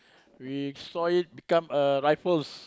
we saw it become a rifles